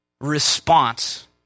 response